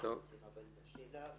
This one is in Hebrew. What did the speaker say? השירות,